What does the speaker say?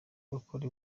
bakora